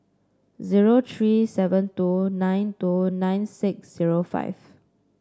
zero three seven two nine two nine six zero five